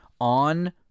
on